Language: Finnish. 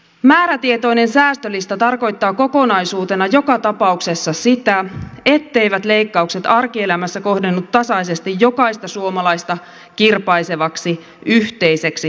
määrätietoinen säästölista tarkoittaa kokonaisuutena joka tapauksessa sitä etteivät leikkaukset arkielämässä kohdennu tasaisesti jokaista suomalaista kirpaisevaksi yhteiseksi taakaksi